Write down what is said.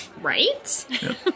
right